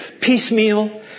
Piecemeal